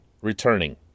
returning